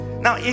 Now